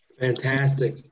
Fantastic